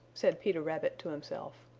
said peter rabbit to himself.